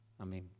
amen